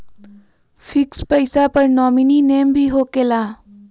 Fix पईसा पर nominee name भी होकेला?